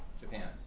Japan